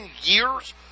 years